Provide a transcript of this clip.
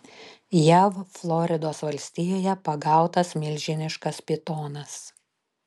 jav floridos valstijoje pagautas milžiniškas pitonas